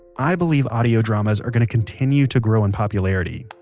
i believe audio dramas are going to continue to grow in popularity.